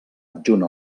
adjunt